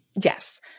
Yes